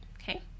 Okay